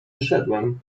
wyszedłem